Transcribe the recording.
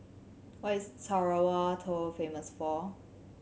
what is Tarawa Atoll famous for